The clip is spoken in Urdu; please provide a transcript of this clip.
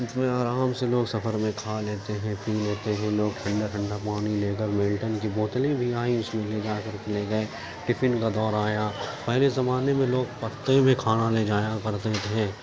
اس میں آرام سے لوگ سفر میں کھا لیتے ہیں پی لیتے ہیں لوگ ٹھنڈا ٹھنڈا پانی لے کر ملٹن کی بوتلیں بھی آئیں اس میں لے جا کر لے گئے ٹیفن کا دور آیا پہلے زمانے میں لوگ پتوں میں کھانا لے جایا کرتے تھے